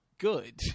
Good